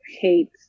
hate